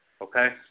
okay